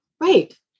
Right